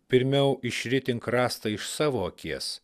pirmiau išritink rąstą iš savo akies